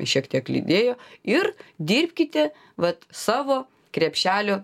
šiek tiek lydėjo ir dirbkite vat savo krepšelio